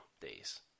days